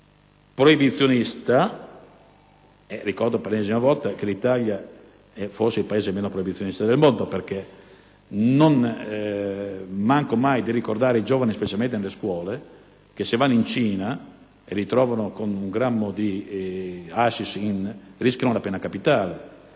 proibizionista", ricordo per l'ennesima volta che l'Italia è forse il Paese meno proibizionista del mondo. Non manco mai di ricordare ai giovani, specialmente nelle scuole, che se si recano in Cina e vengono colti con un grammo di hashish rischiano la pena capitale;